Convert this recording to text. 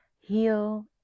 heal